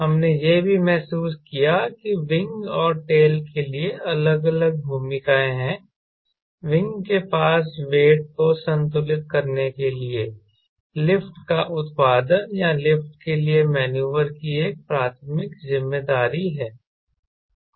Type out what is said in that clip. हमने यह भी महसूस किया कि विंग और टेल के लिए अलग अलग भूमिकाएँ हैं विंग के पास वेट को संतुलित करने के लिए लिफ्ट का उत्पादन या लिफ्ट के लिए मैन्युवर की एक प्राथमिक जिम्मेदारी है